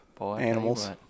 animals